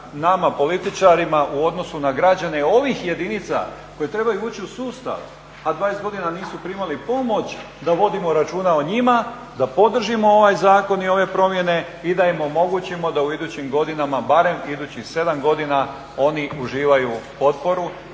nama političarima u odnosu na građane ovih jedinica koje trebaju ući u sustav, a 20 godina nisu primali pomoć, da vodimo računa o njima, da podržimo ovaj zakon i ove promjene i da im omogućimo da u idućim godinama, barem idućih 7 godina oni uživaju potporu